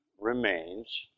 remains